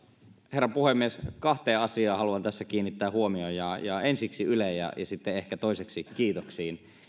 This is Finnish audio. herra puhemies kahteen asiaan haluan tässä kiinnittää huomion ensiksi yleen ja sitten ehkä toiseksi kiitoksiin